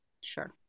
Sure